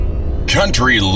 Country